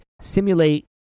simulate